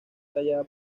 tallada